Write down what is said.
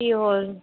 কি হ'ল